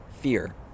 fear